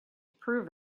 prove